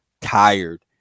Tired